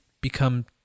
become